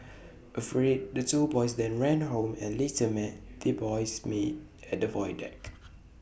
afraid the two boys then ran home and later met the boy's maid at the void deck